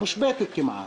מושבתת כמעט.